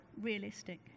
realistic